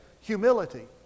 humility